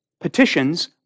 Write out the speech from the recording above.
Petitions